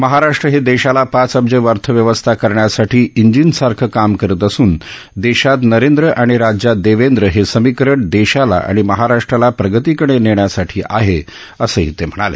महाराष्ट्र हे देशाला पाच अब्ज अर्थव्यवस्था करण्यासाठी इंजिनसारखं काम करत असून देशात नरेंद्र आणि राज्यात देवेंद्र हे समीकरण देशाला आणि महाराष्ट्राला प्रगतीकडे नेण्यासाठी आहे असंही ते म्हणाले